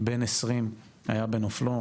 בן 20 היה בנופלו.